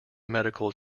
medical